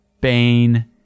bane